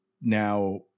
now